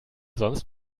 sonst